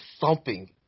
thumping